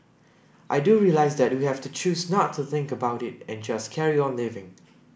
I do realise that we have to choose not to think about it and just carry on living